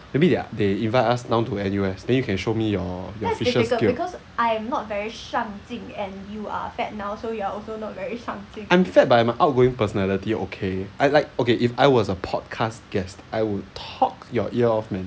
maybe their they invite us down to N_U_S then you can show me your officials gear I am fat but I have an outgoing personality okay I like okay if I was a podcast guest I would talk your ear off man